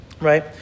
right